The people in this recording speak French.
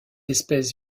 espèce